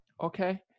okay